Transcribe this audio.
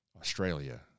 Australia